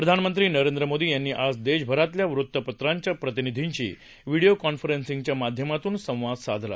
प्रधानमंत्री नरेंद्र मोदी यांनी आज देशभरातल्या वृतपत्रांच्या प्रतिनिधींशी व्हिडीओ कॉन्फरन्सिंगच्या माध्यमातून संवाद साधला